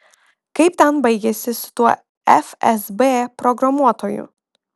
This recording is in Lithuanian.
kaip ten baigėsi su tuo fsb programuotoju